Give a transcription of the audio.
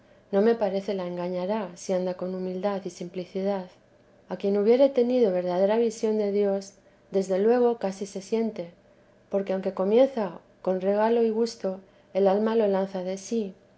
no me parece la engañará si anda con humildad y simplicidad a quien hubiere tenido verdadera visión de dios desde luego casi se siente porque aunque comienza con regalo y gusto el alma lo lanza de sí